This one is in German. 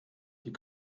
die